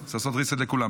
צריך לעשות reset לכולם.